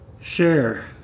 share